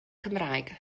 cymraeg